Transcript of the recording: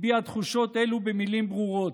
הביע תחושות אלו במילים ברורות.